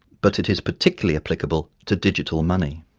but it is particularly applicable to digital money.